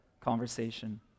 conversation